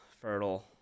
fertile